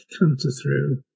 counter-through